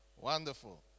Wonderful